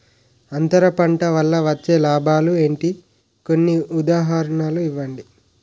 అంతర పంట వల్ల వచ్చే లాభాలు ఏంటి? కొన్ని ఉదాహరణలు ఇవ్వండి?